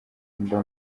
mba